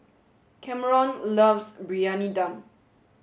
Cameron loves Briyani Dum